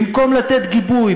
במקום לתת גיבוי,